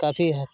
काफी हद